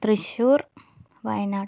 Thrissur Wayanad